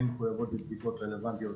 הן מחויבות בבדיקות רלוונטיות